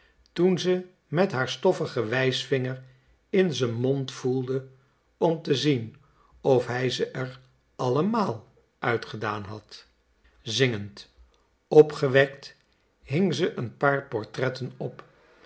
toen ze met haar stoffigen wijsvinger in z'n mond voelde om te zien of hij ze er allemaal uit gedaan had zingend opgewekt hing ze een paar portretten op